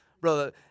Bro